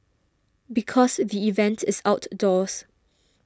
because the event is outdoors